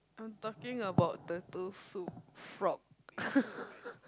I'm talking about the two soup frog